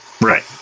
Right